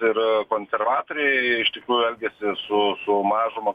ir konservatoriai iš tikrųjų elgiasi su su mažuma